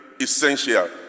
essential